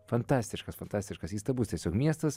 fantastiškas fantastiškas įstabus tiesiog miestas